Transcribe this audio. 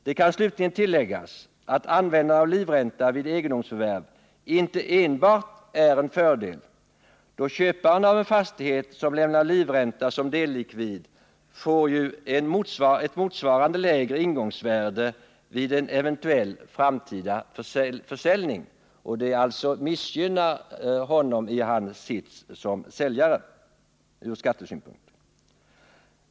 Det kan slutligen tilläggas att användandet av livräntor vid egendomsförvärv inte enbart är en fördel, då den som köper en fastighet och lämnar livränta som dellikvid får ett motsvarande lägre ingångsvärde vid en eventuell framtida försäljning. Detta missgynnar honom ur skattesynpunkt i hans roll som säljare.